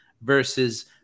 versus